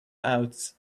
out